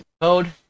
code